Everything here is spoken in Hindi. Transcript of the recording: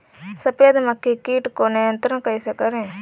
सफेद मक्खी कीट को नियंत्रण कैसे करें?